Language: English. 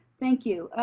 thank you.